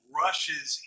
rushes